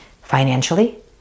financially